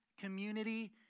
community